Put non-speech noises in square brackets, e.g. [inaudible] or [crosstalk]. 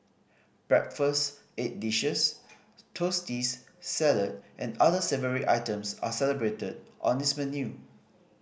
breakfast egg dishes toasty [unintelligible] salad and other savoury items are celebrated on its menu